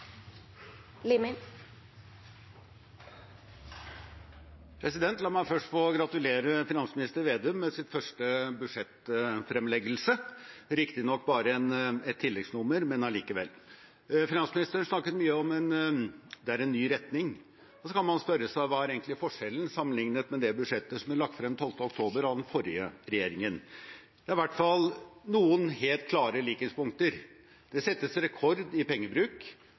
La meg først få gratulere finansminister Slagsvold Vedum med sin første budsjettfremleggelse, riktignok bare et tilleggsnummer – men allikevel. Finansministeren snakket mye om at det er en ny retning, og så kan man spørre seg om hva som egentlig er forskjellen sammenlignet med det budsjettet som ble lagt frem 12. oktober av den forrige regjeringen. Det er i hvert fall noen helt klare likhetspunkter: Det settes rekord i pengebruk,